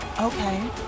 okay